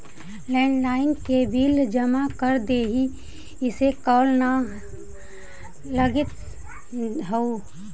landline के bill जमा कर देहीं, इसे कॉल न लगित हउ